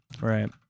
Right